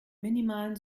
minimalen